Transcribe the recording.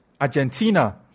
Argentina